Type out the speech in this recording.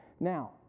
Now